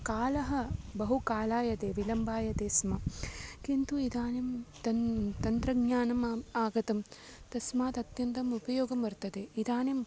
कालः बहु कालायते विलम्बायते स्म किन्तु इदानीं तन्त्रं तन्त्रज्ञानम् आ आगतं तस्मात् अत्यन्तम् उपयोगं वर्तते इदानीं